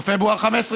או בפברואר 2015,